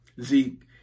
Zeke